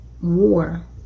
war